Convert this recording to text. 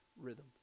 rhythm